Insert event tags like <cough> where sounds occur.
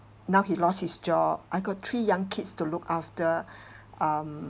now he lost his job I got three young kids to look after <breath> um